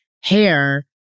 hair